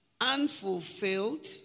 unfulfilled